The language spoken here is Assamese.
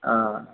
অঁ